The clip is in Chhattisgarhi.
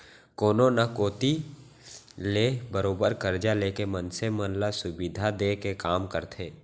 कोनो न कोती ले बरोबर करजा लेके मनसे मन ल सुबिधा देय के काम करथे